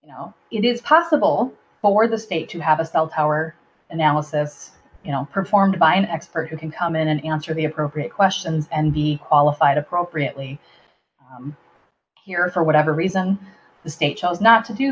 you know it is possible for the state to have a cell tower analysis performed by an expert who can come in and answer the appropriate question and the qualified appropriately here for whatever reason the state chose not to do